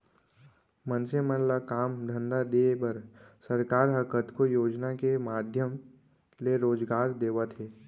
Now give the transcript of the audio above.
मनसे मन ल काम धंधा देय बर सरकार ह कतको योजना के माधियम ले रोजगार देवत हे